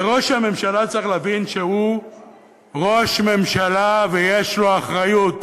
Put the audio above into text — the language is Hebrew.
וראש הממשלה צריך להבין שהוא ראש ממשלה ויש לו אחריות,